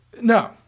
no